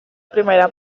primera